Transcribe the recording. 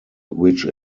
which